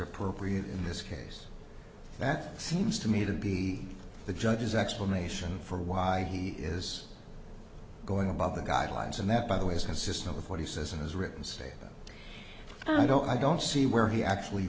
appropriate in this case that seems to me to be the judge's explanation for why he is going above the guidelines and that by the way is consistent with what he says in his written statement i don't i don't see where he actually